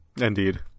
Indeed